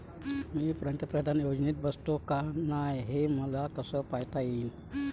मी पंतप्रधान योजनेत बसतो का नाय, हे मले कस पायता येईन?